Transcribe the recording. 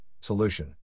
solution